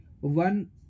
one